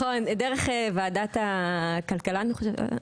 דרך ועדת הכלכלה אני חושבת?